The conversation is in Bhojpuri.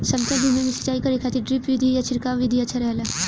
समतल भूमि में सिंचाई करे खातिर ड्रिप विधि या छिड़काव विधि अच्छा रहेला?